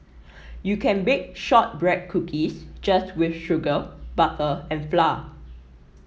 you can bake shortbread cookies just with sugar butter and flour